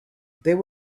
there